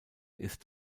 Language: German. ist